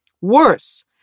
Worse